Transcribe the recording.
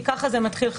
כי ככה זה מתחיל,